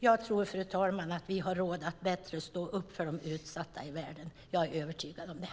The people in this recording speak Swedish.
Jag tror, fru talman, att vi har råd att bättre stå upp för de utsatta i världen. Jag är övertygad om det.